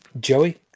Joey